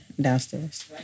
downstairs